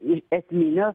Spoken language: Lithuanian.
ir esminio